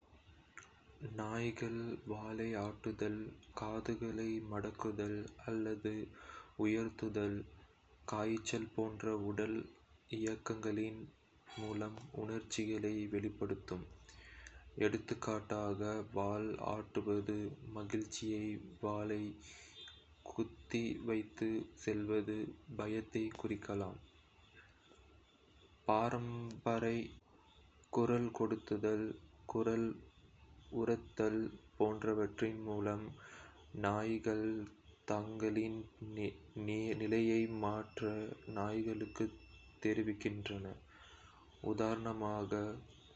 நாய்கள் வாலை ஆட்டுதல், காதுகளை மடக்குதல் அல்லது உயர்த்துதல், காய்ச்சல் போன்ற உடல் இயக்கங்களின் மூலம் உணர்ச்சிகளை வெளிப்படுத்தும். எடுத்துக்காட்டாக, வால் ஆட்டுவது மகிழ்ச்சியை, வாலை குத்தி வைத்து செல்வது பயத்தை குறிக்கலாம். குரல் பரமபாரை, குரல் கொடுத்தல், குரல் உரத்தல் போன்றவற்றின் மூலம், நாய்கள் தங்களின் நிலையை மற்ற நாய்களுக்கு தெரிவிக்கின்றன. உதாரணமாக, குரல் கொடுத்தல் அச்சத்தை அல்லது எச்சரிக்கையை